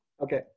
Okay